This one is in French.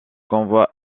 convoi